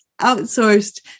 outsourced